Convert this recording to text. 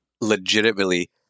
legitimately